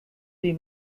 wie